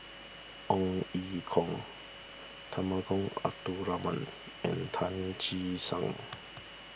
Ong Ye Kung Temenggong Abdul Rahman and Tan Che Sang